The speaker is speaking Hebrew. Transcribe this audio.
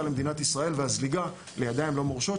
למדינת ישראל והזליגה לידיים לא מורשות.